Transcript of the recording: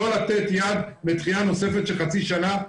לא לתת יד לדחייה נוספת של חצי שנה,